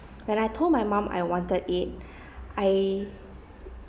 when I told my mum I wanted it I